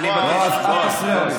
כמו בן אדם.